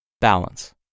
balance